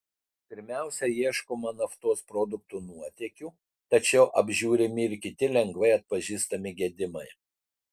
pirmiausia ieškoma naftos produktų nuotėkių tačiau apžiūrimi ir kiti lengvai atpažįstami gedimai